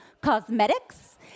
cosmetics